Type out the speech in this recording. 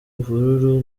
imvururu